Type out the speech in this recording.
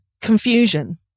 confusion